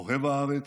אוהב הארץ,